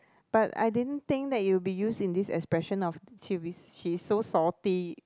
but I didn't think that it'll be used in this expression of series she's so salty